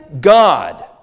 God